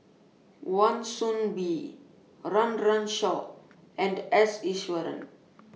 Wan Soon Bee Run Run Shaw and S Iswaran